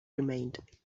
remained